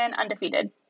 undefeated